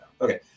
Okay